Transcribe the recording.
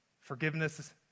Forgiveness